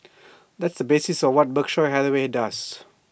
that's the basis of what Berkshire Hathaway does